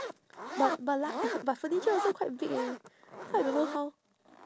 but but lug~ but furniture also quite big eh so I don't know how